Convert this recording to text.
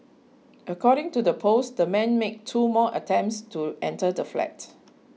according to the post the man made two more attempts to enter the flat